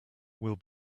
will